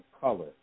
color